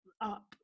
up